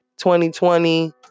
2020